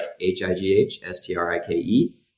H-I-G-H-S-T-R-I-K-E